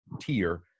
tier